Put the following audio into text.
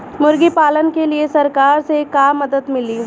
मुर्गी पालन के लीए सरकार से का मदद मिली?